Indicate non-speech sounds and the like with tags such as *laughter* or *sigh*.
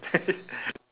*laughs*